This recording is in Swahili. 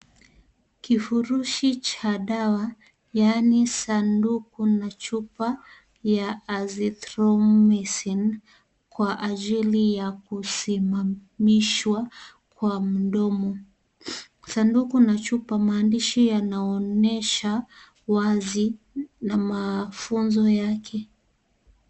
Kifurushi cha dawa yaani sanduku na chupa ya azithromycin kwa ajili ya kusimamishwa kwa mdomo sanduku la chupa maandishi yanaonyesha wazi na mafunzo yake.